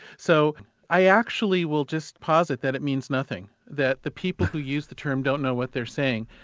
so i actually will just posit that it means nothing that the people who use the term don't know what they're saying.